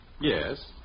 Yes